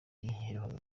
yaheruka